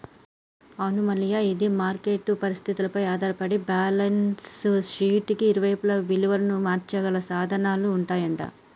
అవును మల్లయ్య ఇది మార్కెట్ పరిస్థితులపై ఆధారపడి బ్యాలెన్స్ షీట్ కి ఇరువైపులా విలువను మార్చగల సాధనాలు ఉంటాయంట